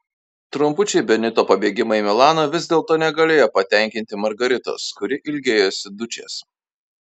trumpučiai benito pabėgimai į milaną vis dėlto negalėjo patenkinti margaritos kuri ilgėjosi dučės